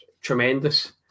tremendous